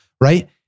right